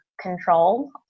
control